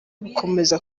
gukomeza